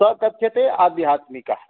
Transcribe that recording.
स कथ्यते आध्यात्मिकः